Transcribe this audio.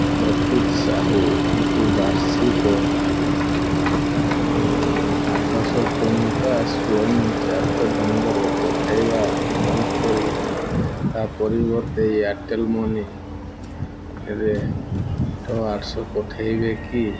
ଅଚ୍ୟୁତ ସାହୁଙ୍କୁ ବାର୍ଷିକ ଆଠଶହ ଟଙ୍କା ସ୍ୱୟଂ ଚାଳିତ ଢଙ୍ଗରେ ପଠାଇବା ବନ୍ଦ କରି ତା' ପରିବର୍ତ୍ତେ ଏୟାର୍ଟେଲ୍ ମନିରେ ଟ ଆଠଶହ ପଠାଇବେ କି